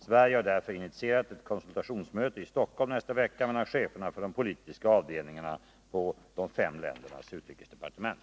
Sverige har därför initierat ett konsultationsmöte i Stockholm nästa vecka mellan cheferna för de politiska avdelningarna på de fem ländernas utrikesdepartement.